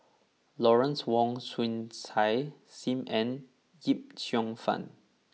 Lawrence Wong Shyun Tsai Sim Ann Yip Cheong Fun